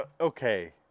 okay